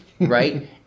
right